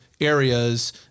areas